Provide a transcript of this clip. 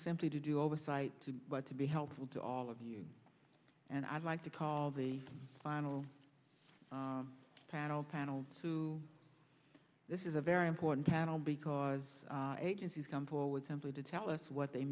simply to do oversight to but to be helpful to all of you and i'd like to call the final panel panels to this is a very important panel because agencies come forward simply to tell us what they